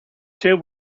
two